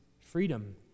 freedom